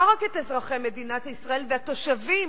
לא רק את אזרחי מדינת ישראל ואת והתושבים